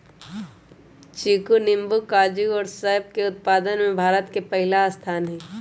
चीकू नींबू काजू और सब के उत्पादन में भारत के पहला स्थान हई